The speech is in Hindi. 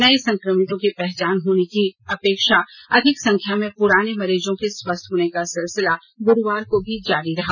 नए संक्रमितों की पहचान होने की अपेक्षा अधिक संख्या में पुराने मरीजों के स्वस्थ होने का सिलसिला गुरूवार को भी जारी रहा